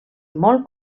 molt